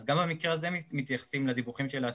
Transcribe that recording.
אז גם במקרה הזה מתייחסים לדיווחים של העסקים.